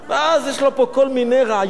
ואז יש לו פה כל מיני רעיונות,